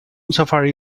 safari